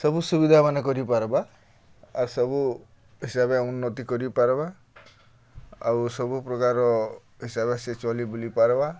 ସବୁ ସୁବିଧା ମାନେ କରିପାର୍ବା ଆର୍ ସବୁ ହିସାବ୍ରେ ଉନ୍ନତି କରିପାର୍ବା ଆଉ ସବୁ ପ୍ରକାର ହିସାବରେ ସେ ଚଲି ବୁଲି ପାର୍ବା